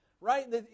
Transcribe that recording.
right